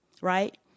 Right